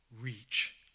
reach